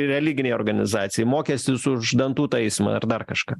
religinei organizacijai mokestis už dantų taisymą ar dar kažką